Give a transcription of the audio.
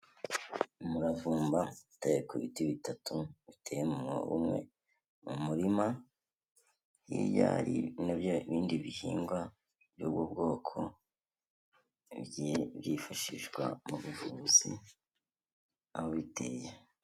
Umuravumba utaye ku biti bitatu biteyemwo umwe mu murima hiya n ibindi bihingwa by'ubu bwoko byifashishwa mu buvuziwiteye.